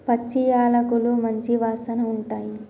పచ్చి యాలకులు మంచి వాసన ఉంటాయి